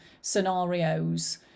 scenarios